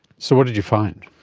so what did you find?